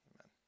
amen